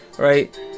Right